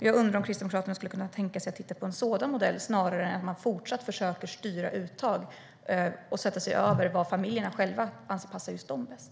Jag undrar om Kristdemokraterna skulle kunna tänka sig att titta på en sådan modell snarare än att försöka styra uttaget och sätta sig över vad familjerna själva anser passar just dem.